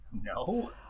No